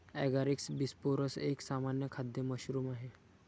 Agaricus bisporus एक सामान्य खाद्य मशरूम आहे